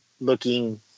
looking